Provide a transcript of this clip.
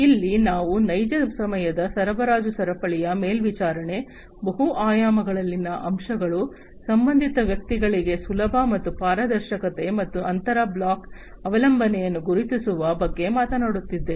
ಇಲ್ಲಿ ನಾವು ನೈಜ ಸಮಯದ ಸರಬರಾಜು ಸರಪಳಿಯ ಮೇಲ್ವಿಚಾರಣೆ ಬಹು ಆಯಾಮಗಳಲ್ಲಿನ ಅಂಶಗಳು ಸಂಬಂಧಿತ ವ್ಯಕ್ತಿಗಳಿಗೆ ಸುಲಭ ಮತ್ತು ಪಾರದರ್ಶಕತೆ ಮತ್ತು ಅಂತರ ಬ್ಲಾಕ್ ಅವಲಂಬನೆಯನ್ನು ಗುರುತಿಸುವ ಬಗ್ಗೆ ಮಾತನಾಡುತ್ತಿದ್ದೇವೆ